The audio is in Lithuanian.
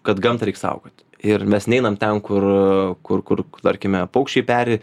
kad gamtą reik saugoti ir mes neinam ten kur kur kur tarkime paukščiai peri